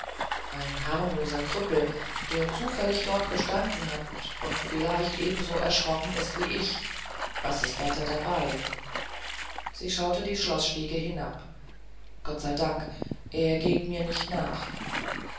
ein harmloser krüppel der zufällig dort gestanden hat und vielleicht ebenso erschrocken ist wie ich was ist weiter dabei sie schaute die schloßstiege hinab gott sei dank er geht mir nicht nach